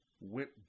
went